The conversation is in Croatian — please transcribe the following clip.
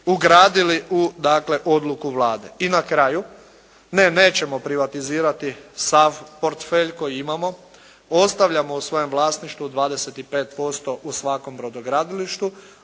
ugradili u dakle odluku Vlade. I na kraju, ne nećemo privatizirati sav portfelj koji imamo, ostavljamo u svojem vlasništvu 25% u svakom brodogradilištu,